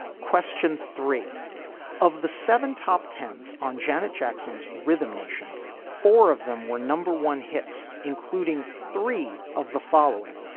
question three of the seven top tens on janet jackson's rhythm nation. four of them were number one hits including three of the following.